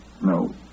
No